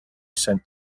sent